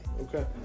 okay